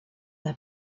n’a